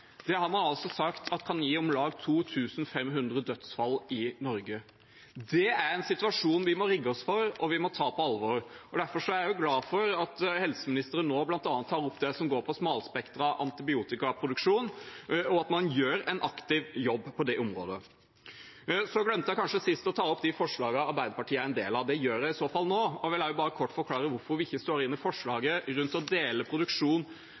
har man sagt kan gi om lag 2 500 dødsfall i Norge. Det er en situasjon vi må rigge oss for, og ta på alvor. Derfor er jeg glad for at helseministeren nå bl.a. tar opp det som går på smalspektret antibiotikaproduksjon, og at man gjør en aktiv jobb på det området. Jeg glemte kanskje sist å ta opp de forslagene Arbeiderpartiet er en del av. Det gjør jeg i så fall nå. Jeg vil også bare kort forklare hvorfor vi ikke står inne i forslaget om å dele